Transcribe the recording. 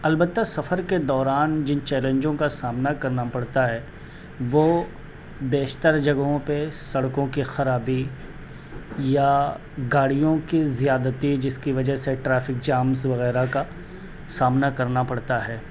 البتہ سفر کے دوران جن چیلنجوں کا سامنا کرنا پڑتا ہے وہ بیشتر جگہوں پہ سڑکوں کی خرابی یا گاڑیوں کی زیادتی جس کی وجہ سے ٹریفک جامس وغیرہ کا سامنا کرنا پڑتا ہے